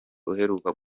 uheruka